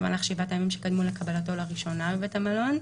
במהלך 7 הימים שקדמו לקבלתו לראשונה בבית המלון,".